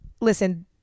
Listen